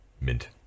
mint